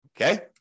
Okay